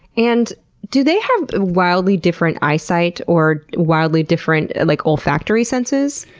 and do they have wildly different eyesight or wildly different like olfactory senses?